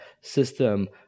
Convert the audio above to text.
system